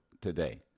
today